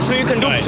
you can do